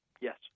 Yes